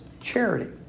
charity